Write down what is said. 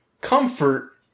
comfort